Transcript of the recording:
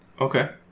Okay